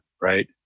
Right